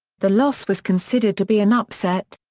the loss was considered to be an upset.